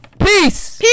Peace